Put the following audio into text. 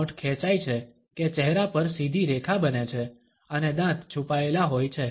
હોઠ ખેંચાય છે કે ચહેરા પર સીધી રેખા બને છે અને દાંત છુપાયેલા હોય છે